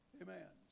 amen